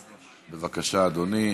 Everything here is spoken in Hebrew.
בבקשה, אדוני.